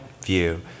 view